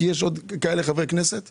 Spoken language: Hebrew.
אבל יש עוד חברי כנסת כמוך.